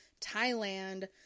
Thailand